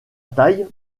taille